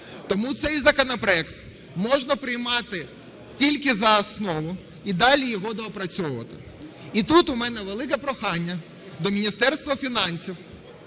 Тому цей законопроект можна приймати тільки за основу і далі його доопрацьовувати. І тут у мене велике прохання до Міністерства фінансів,